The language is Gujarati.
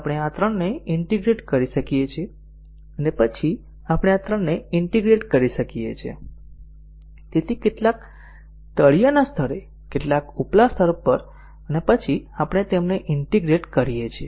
આપણે આ ત્રણને ઈન્ટીગ્રેટ કરી શકીએ છીએ અને પછી આપણે આ ત્રણને ઈન્ટીગ્રેટ કરી શકીએ છીએ તેથી કેટલાક તળિયેના સ્તરે કેટલાક ઉપલા સ્તર પર અને પછી આપણે તેમને ઈન્ટીગ્રેટ કરીએ છીએ